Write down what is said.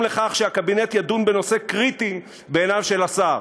לכך שהקבינט ידון בנושא קריטי בעיניו של השר.